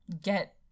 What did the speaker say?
get